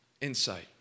insight